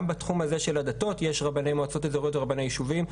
גם בתחום הזה של הדתות יש רבני מועצות אזוריות ורבני יישובים,